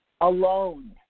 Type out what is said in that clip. alone